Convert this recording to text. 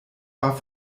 war